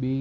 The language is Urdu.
بھی